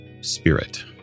spirit